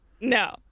No